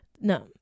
No